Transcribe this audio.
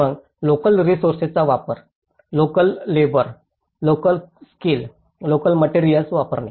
मग लोकल रिसोर्सेसचा वापर local labour local skills local materials वापरणे